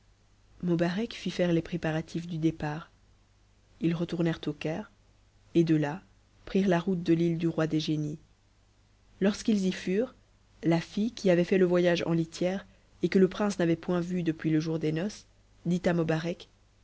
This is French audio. mobarec fit faire les préparatifs du départ ils retournèrent au caire et de là prirent la route de l'île du roi des génies lorsqu'ils y furent a fille qui avait fait le voyage en litière et que le prince n'avait point vue depuis le jour des noces dit à